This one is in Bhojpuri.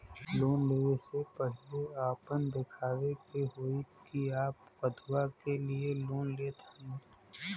लोन ले वे से पहिले आपन दिखावे के होई कि आप कथुआ के लिए लोन लेत हईन?